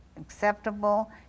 acceptable